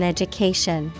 Education